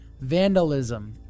vandalism